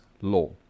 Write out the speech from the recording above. Law